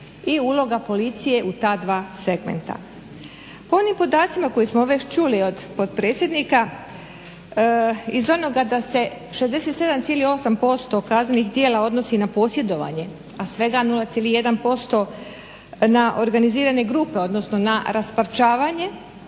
i uloga policije u ta dva segmenta. Po onim podacima koje smo već čuli od potpredsjednika iz onoga da se 67,8% kaznenih djela odnosi na posjedovanje, a svega 0,1% na organizirane grupe odnosno na rasparčavanje